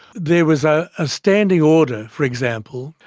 there was a ah standing order, for example,